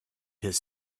his